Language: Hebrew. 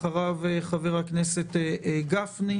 אחריו חבר הכנסת גפני.